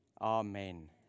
amen